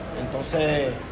Entonces